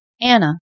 Anna